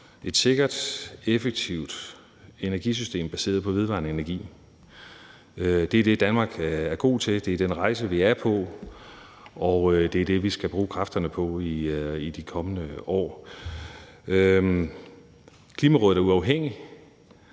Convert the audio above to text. et sikkert, effektivt energisystem baseret på vedvarende energi. Det er det, Danmark er god til, det er den rejse, vi er på, og det er det, vi skal bruge kræfterne på i de kommende år. Det andet er, at